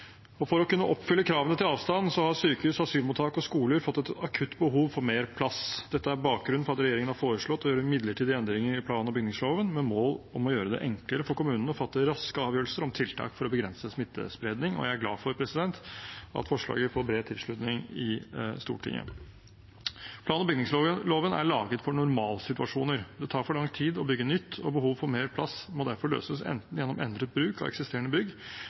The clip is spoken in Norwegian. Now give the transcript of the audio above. og isolasjon. For å kunne oppfylle kravene til avstand har sykehus, asylmottak og skoler fått et akutt behov for mer plass. Dette er bakgrunnen for at regjeringen har foreslått å gjøre midlertidige endringer i plan- og bygningsloven med mål om å gjøre det enklere for kommunene å fatte raske avgjørelser om tiltak for å begrense smittespredning, og jeg er glad for at forslaget får bred tilslutning i Stortinget. Plan- og bygningsloven er laget for normalsituasjoner. Det tar for lang tid å bygge nytt, og behovet for mer plass må derfor løses enten gjennom endret bruk av eksisterende bygg